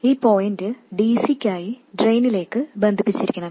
ഈ point dc ക്കായി ഡ്രെയിനിലേക്ക് ബന്ധിപ്പിക്കണം